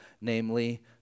namely